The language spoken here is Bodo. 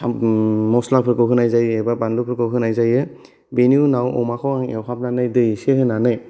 आह मस्लाफोरखौ होनाय जायो एबा बानलुफोरखौ होनाय जायो बेनि उनाव अमाखौ आं एवहाबनानै दै एसे होनानै